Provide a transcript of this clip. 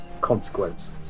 consequence